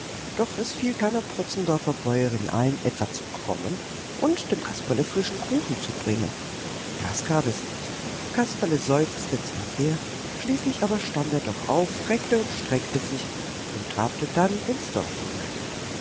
doch es fiel keiner protzendorfer bäuerin ein etwa zu kommen und dem kasperle frischen kuchen zu bringen das gab es nicht kasperle seufzte zwar sehr schließlich aber stand er doch auf reckte und streckte sich und trabte dann ins dorf hinein